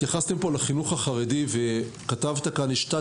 התייחסתם כאן לחינוך החרדי וכתבתם שיש תת